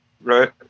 Right